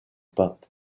pape